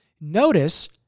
Notice